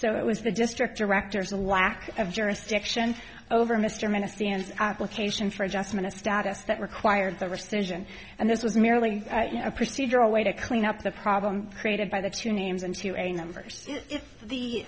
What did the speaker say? so it was the district directors a lack of jurisdiction over mr ministry an application for adjustment of status that required the rescission and this was merely a procedural way to clean up the problem created by the two names and to a numbers if the